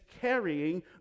carrying